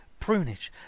prunage